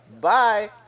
Bye